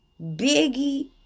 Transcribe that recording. Biggie